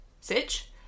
sitch